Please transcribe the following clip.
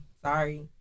Sorry